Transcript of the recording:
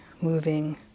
moving